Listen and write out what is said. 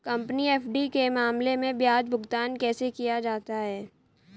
Company FD के मामले में ब्याज भुगतान कैसे किया जाता है?